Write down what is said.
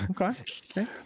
Okay